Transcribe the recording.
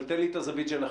אבל תן לי את הזווית שלכם.